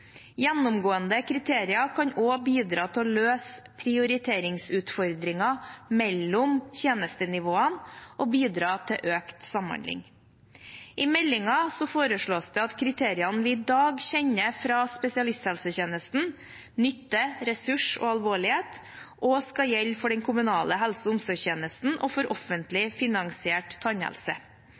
Gjennomgående kriterier kan også bidra til å løse prioriteringsutfordringer mellom tjenestenivåene og bidra til økt samhandling. I meldingen foreslås det at kriteriene vi i dag kjenner fra spesialisthelsetjenesten – nytte, ressurs og alvorlighet – også skal gjelde for den kommunale helse- og omsorgstjenesten og for offentlig